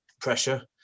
pressure